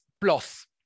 plus